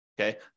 okay